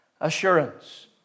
assurance